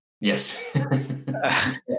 Yes